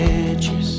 edges